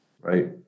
Right